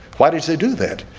why did they do that?